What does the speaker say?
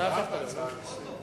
אתה הפכת להצעה לסדר-היום.